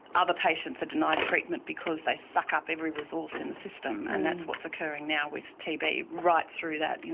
other patients are denied treatment because they suck up every resource in the system, and that's what is occurring now with tb right through that, you